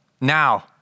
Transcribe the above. Now